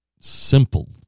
simple